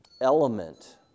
element